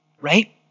right